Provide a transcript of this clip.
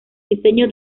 diseño